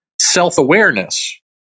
self-awareness